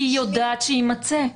כי היא יודעת שיימצא.